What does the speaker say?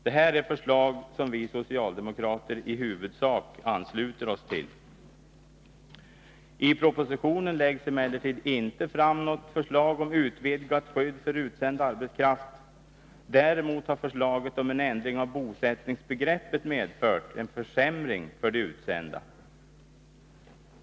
Det här är förslag som vi socialdemokrater i huvudsak ansluter oss till. I propositionen läggs emellertid inte fram något förslag om utvidgat skydd för utsänd arbetskraft. Däremot har förslaget om en ändring av bosättningsbegreppet medfört en försämring för de utsända.